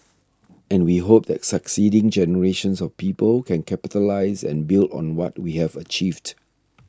and we hope that succeeding generations of people can capitalise and build on what we have achieved